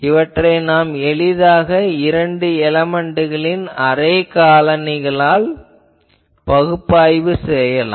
இவற்றை எளிதாக இதன் இரண்டு எலமென்ட்களின் அரே காரணிகளால் பெருக்கி பகுப்பாய்வு செய்யலாம்